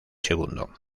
segundo